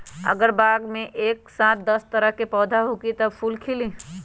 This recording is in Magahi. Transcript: अगर बाग मे एक साथ दस तरह के पौधा होखि त का फुल खिली?